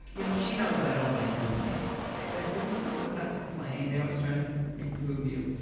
you know she knows i don't like complaining, okay. but women just sometimes complain. they're always trying to improve you.